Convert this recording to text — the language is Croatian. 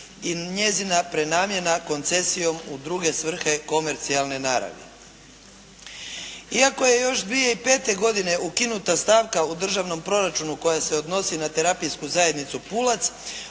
i njezina prenamjena koncesijom u druge svrhe komercijalne naravi. Iako je još 2005. godine ukinuta stavka u državnom proračunu koja se odnosi na terapijsku zajednicu "Pulac"